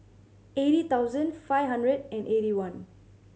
eighty thousand five hundred and eighty one